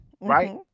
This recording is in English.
right